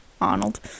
Arnold